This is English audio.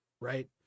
right